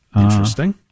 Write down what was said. Interesting